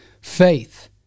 faith